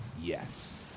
Yes